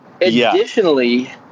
Additionally